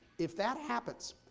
if that happens,